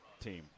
team